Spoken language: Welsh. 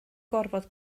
gorfod